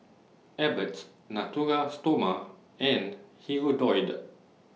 Abbott Natura Stoma and Hirudoid